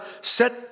set